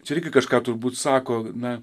čia irgi kažką turbūt sako na